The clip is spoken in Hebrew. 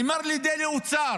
נאמר על ידי האוצר